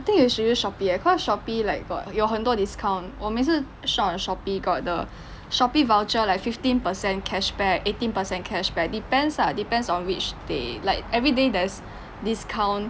I think you should use shopee eh cause shopee like got 有很多 discount 我每次 shop at shopee got the shopee voucher like fifteen percent cashback eighteen percent cashback depends ah depends on which they like everyday there's discount